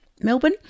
Melbourne